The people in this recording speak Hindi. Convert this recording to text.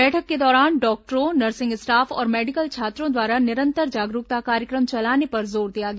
बैठक के दौरान डॉक्टरों नर्सिंग स्टाफ और मेडिकल छात्रों द्वारा निरंतर जागरूकता कार्यक्रम चलाने पर जोर दिया गया